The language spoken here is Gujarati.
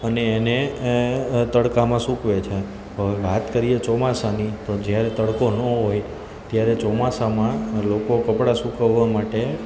અને એને તડકામાં સૂકવે છે હવે વાત કરીએ ચોમાસાની તો જ્યારે તડકો ન હોય ત્યારે ચોમાસામાં લોકો કપડાં સૂકવવા માટે